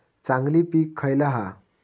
चांगली पीक खयला हा?